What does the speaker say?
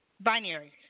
binary